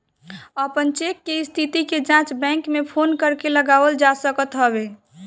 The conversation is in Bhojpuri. अपन चेक के स्थिति के जाँच बैंक में फोन करके लगावल जा सकत हवे